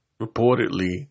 reportedly